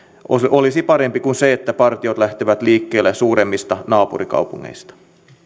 olisi parempi kuin se että partiot lähtevät liikkeelle suuremmista naapurikaupungeista